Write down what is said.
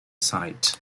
site